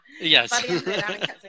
Yes